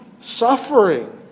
suffering